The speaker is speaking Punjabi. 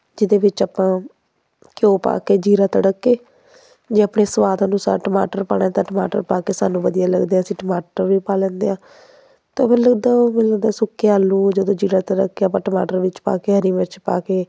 ਜਿਹਦੇ ਵਿੱਚ ਆਪਾਂ ਘਿਓ ਪਾ ਕੇ ਜੀਰਾ ਤੜਕ ਕੇ ਜੇ ਆਪਣੇ ਸਵਾਦ ਅਨੁਸਾਰ ਟਮਾਟਰ ਪਾਉਣਾ ਤਾਂ ਟਮਾਟਰ ਪਾ ਕੇ ਸਾਨੂੰ ਵਧੀਆ ਲੱਗਦੇ ਹੈ ਅਸੀਂ ਟਮਾਟਰ ਵੀ ਪਾ ਲੈਂਦੇ ਹਾਂ ਤਾਂ ਮੈਨੂੰ ਲੱਗਦਾ ਉਹ ਮੈਨੂੰ ਲੱਗਦਾ ਉਹ ਸੁੱਕੇ ਆਲੂ ਜਦੋਂ ਜੀਰਾ ਤੜਕ ਕੇ ਆਪਾਂ ਟਮਾਟਰ ਵਿੱਚ ਪਾ ਕੇ ਹਰੀ ਮਿਰਚ ਪਾ ਕੇ